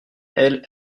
elles